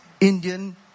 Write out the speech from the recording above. Indian